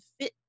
fit